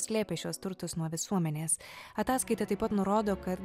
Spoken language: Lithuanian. slėpė šiuos turtus nuo visuomenės ataskaita taip pat nurodo kad